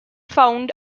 found